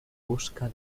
busca